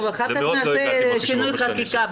טוב, אחר כך נעשה שינוי חקיקה.